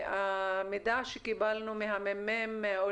מהמידע שקיבלנו ממרכז המחקר והמידע של הכנסת,